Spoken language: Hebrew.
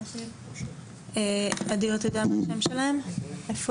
תבררו אם הם עדיין רוצים להתייחס ואם כן,